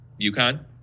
UConn